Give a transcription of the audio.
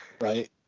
Right